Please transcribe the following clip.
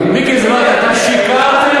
אתם שיקרתם